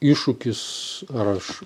iššūkis ar aš